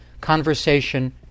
conversation